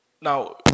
Now